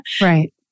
Right